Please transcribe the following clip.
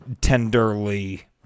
tenderly